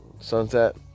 sunset